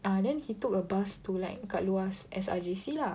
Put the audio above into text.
ah then he took a bus to like kat luar S_R_J_C lah